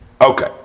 Okay